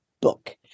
book